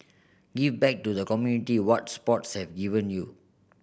give back to the community what sports have given you